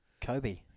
Kobe